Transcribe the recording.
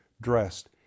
dressed